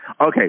Okay